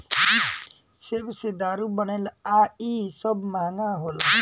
सेब से दारू बनेला आ इ सब महंगा होला